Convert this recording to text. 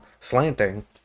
slanting